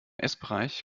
essbereich